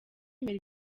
imbere